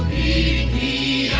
a